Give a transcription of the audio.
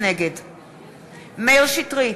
נגד מאיר שטרית,